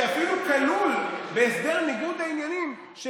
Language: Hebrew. שאפילו כלול בהסדר ניגוד העניינים של